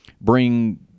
bring